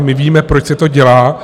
My víme, proč se to dělá.